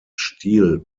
stil